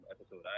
episode